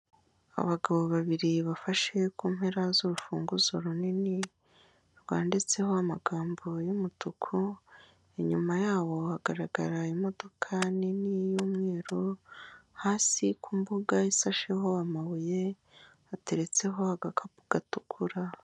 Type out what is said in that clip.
Abagabo babiri bafashe ku mpera z'urufunguzo runini, rwanditseho amagambo y'umutuku, inyuma yabo hagaragara imodoka nini y'umweru, hasi ku mbuga isasheho amabuye, hateretseho agakapu gatukura.